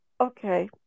okay